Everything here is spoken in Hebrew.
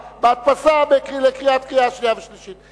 בהדפסה לקראת קריאה שנייה וקריאה שלישית.